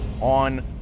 on